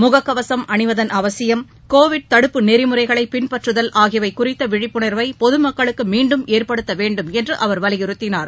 முகக்கவசம் அணிவதன் அவசியம் கோவிட் தடுப்பு நெறிமுறைகளை பின்பற்றுதல் ஆகியவை குறித்த விழிப்புணாவை பொதுமக்களுக்கு மீண்டும் ஏற்படுத்த வேண்டும் என்று அவா் வலியுறுத்தினார்